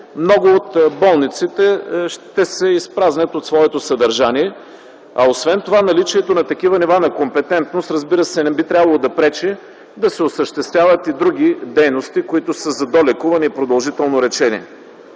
много от болниците ще се изпразнят от своето съдържание. Освен това наличието на такива нива на компетентност, разбира се, не би трябвало да пречи да се осъществяват и други дейности, които са за долекуване и продължително лечение.